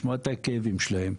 לשמוע את הכאבים שלהם.